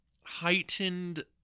heightened